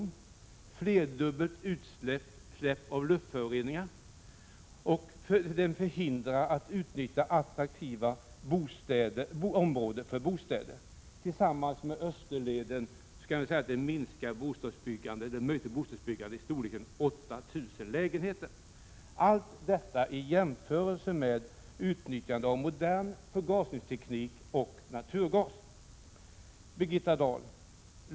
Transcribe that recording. = Den ger flerdubbelt utsläpp av luftföroreningar. - Tillsammans med Österleden kan den sägas förhindra möjligheter till byggande av 8 000 lägenheter. Allt detta sett i jämförelse med utnyttjande av modern förgasningsteknik och naturgas. Birgitta Dahl!